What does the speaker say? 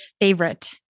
favorite